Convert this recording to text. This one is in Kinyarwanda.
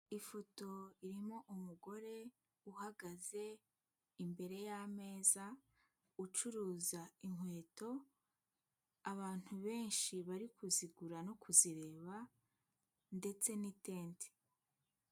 Ifoto irimo umugore uhagaze imbere y'ameza, ucuruza inkweto, abantu benshi bari kuzigura no kuzireba ndetse n'itente.